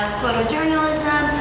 photojournalism